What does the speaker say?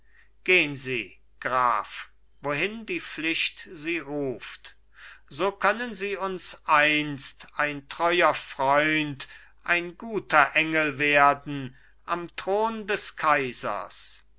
gehn sie graf wohin die pflicht sie ruft so können sie uns einst ein treuer freund ein guter engel werden am thron des kaisers